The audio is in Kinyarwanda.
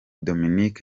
dominic